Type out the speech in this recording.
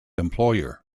employer